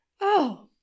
Oh